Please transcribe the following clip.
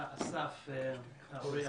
אסף היה האורח שלנו.